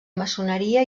maçoneria